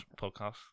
podcast